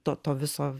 to viso